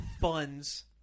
funds